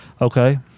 Okay